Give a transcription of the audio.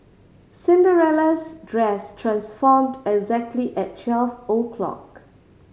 Cinderella's dress transformed exactly at twelve o'clock